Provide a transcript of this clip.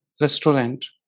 restaurant